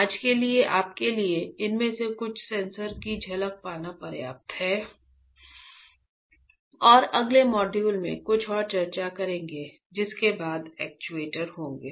आज के लिए आपके लिए इनमें से कुछ सेंसर की झलक पाना पर्याप्त है और अगले मॉड्यूल में कुछ और चर्चा करेंगे जिसके बाद एक्चुएटर होंगे